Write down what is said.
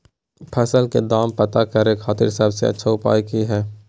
फसल के दाम पता करे खातिर सबसे अच्छा उपाय की हय?